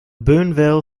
boonville